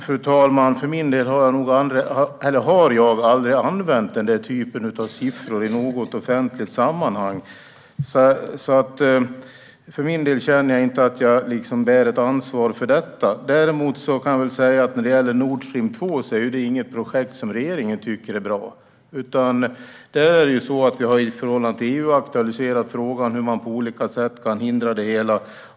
Fru talman! Jag har aldrig använt den typen av siffror i något offentligt sammanhang. Jag känner därför inte att jag bär ett ansvar för det. Nord Stream 2 är inget projekt som regeringen tycker är bra. Därför har vi i förhållande till EU aktualiserat frågan hur man på olika sätt kan hindra det hela.